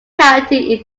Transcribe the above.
county